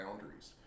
boundaries